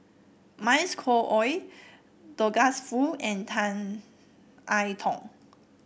Mavis Khoo Oei Douglas Foo and Tan I Tong